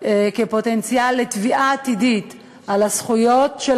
כפוטנציאל לתביעה עתידית על הזכויות של